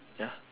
ya